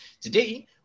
Today